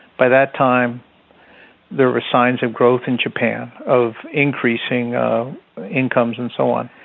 by that time there were signs of growth in japan, of increasing incomes and so on,